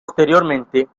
posteriormente